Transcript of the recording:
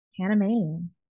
Panamanian